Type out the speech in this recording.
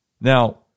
Now